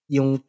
Yung